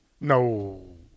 No